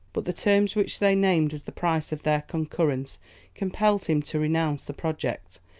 but the terms which they named as the price of their concurrence compelled him to renounce the project,